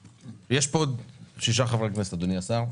יש פה עוד שישה חברי כנסת, אדוני השר.